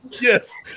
Yes